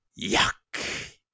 yuck